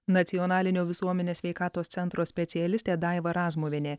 nacionalinio visuomenės sveikatos centro specialistė daiva razmuvienė